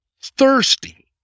thirsty